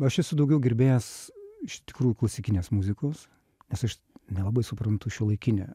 aš esu daugiau gerbėjas iš tikrų klasikinės muzikos nes aš nelabai suprantu šiuolaikinę